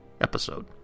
episode